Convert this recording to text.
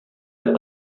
are